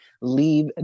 leave